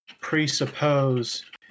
presuppose